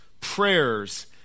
prayers